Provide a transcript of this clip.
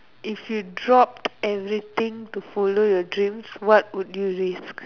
if you dropped everything to follow your dream what would you leave